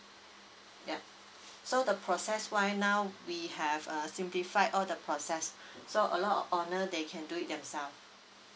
yup so the process why now we have err simplified all the process so a lot of owner they can do it themselves